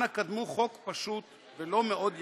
אנא, קדמו חוק פשוט ולא מאוד יקר,